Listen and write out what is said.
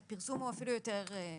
הייצוגיות.